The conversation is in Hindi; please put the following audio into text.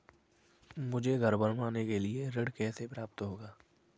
मुझे घर बनवाने के लिए ऋण कैसे प्राप्त होगा?